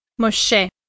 Moshe